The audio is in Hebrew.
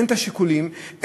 אין השיקולים,